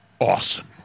awesome